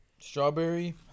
Strawberry